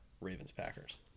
Ravens-Packers